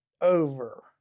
over